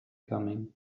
coming